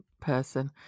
person